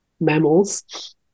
mammals